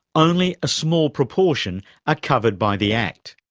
only a small proportion are covered by the act.